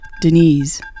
Denise